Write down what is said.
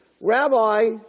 Rabbi